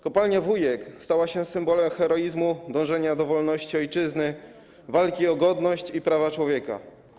Kopalnia Wujek stała się symbolem heroizmu, dążenia do wolności ojczyzny, walki o godność i prawa człowieka.